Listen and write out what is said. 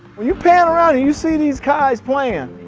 when you pan around and you see these guys playing,